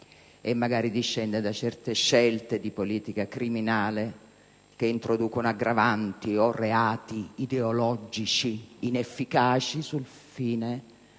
e magari discende da certe scelte di politica criminale che introducono aggravanti o reati ideologici inefficaci sul fine